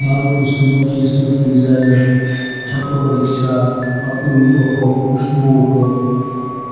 Maruti Suzuki Swift Dzire છકડો rickshaw Atul auto Khushbu auto